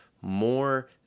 more